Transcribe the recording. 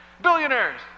billionaires